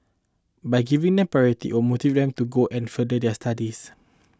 by giving them priority will motivate them to go and further their studies